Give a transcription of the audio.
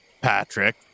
Patrick